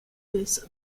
this